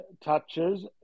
touches